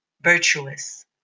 virtuous